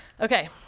Okay